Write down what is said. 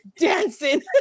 dancing